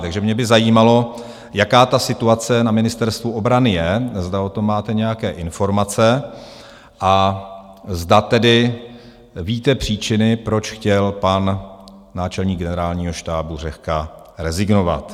Takže mě by zajímalo, jaká situace na Ministerstvu obrany je, zda o tom máte nějaké informace a zda víte příčiny, proč chtěl pan náčelník generálního štábu Řehka rezignovat.